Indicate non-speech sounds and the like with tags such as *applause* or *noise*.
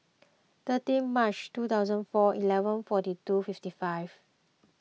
*noise* thirty March two thousand four eleven forty two fifty five